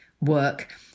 work